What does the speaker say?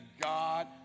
God